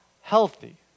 healthy